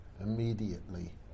immediately